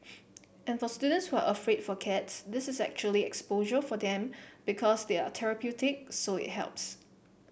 and for students who are afraid for cats this is actually exposure for them because they're therapeutic so it helps